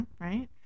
right